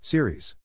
Series